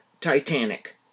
Titanic